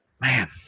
man